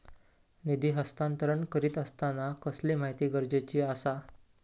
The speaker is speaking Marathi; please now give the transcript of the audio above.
निधी हस्तांतरण करीत आसताना कसली माहिती गरजेची आसा?